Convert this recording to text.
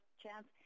chance